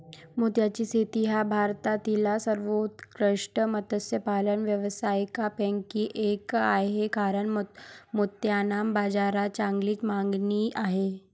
मोत्याची शेती हा भारतातील सर्वोत्कृष्ट मत्स्यपालन व्यवसायांपैकी एक आहे कारण मोत्यांना बाजारात चांगली मागणी आहे